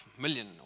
million